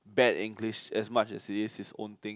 bad English as much as it is it's own thing